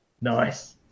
Nice